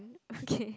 okay